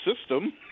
system